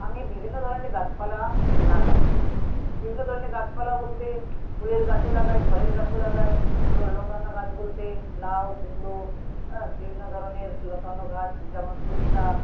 আমি বিভিন্ন ধরনের গাছপালা লাগাই বিভিন্ন ধরনের গাছপালা বলতে ফুলের গাছও লাগাই ফলের গাছও লাগাই এবং লতানো গাছ বলতে লাউ কুমড়ো হ্যাঁ বিভিন্ন ধরনের লতানো গাছ যেমন পুঁই শাক